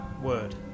word